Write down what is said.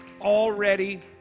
already